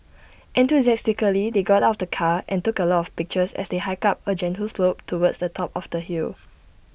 enthusiastically they got out of the car and took A lot of pictures as they hiked up A gentle slope towards the top of the hill